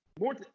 more